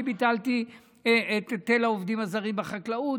אני ביטלתי את היטל העובדים הזרים בחקלאות,